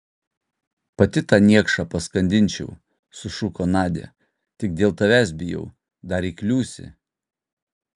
pati tą niekšą paskandinčiau sušuko nadia tik dėl tavęs bijau dar įkliūsi